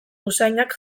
usainak